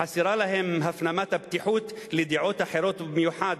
חסרה להם הפנמת הפתיחות לדעות אחרות, ובמיוחד